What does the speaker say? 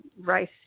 race